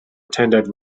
attended